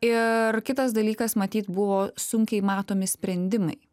ir kitas dalykas matyt buvo sunkiai matomi sprendimai